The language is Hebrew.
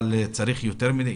אבל צריך יותר.